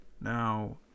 Now